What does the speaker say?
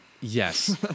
Yes